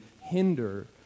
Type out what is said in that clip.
hinder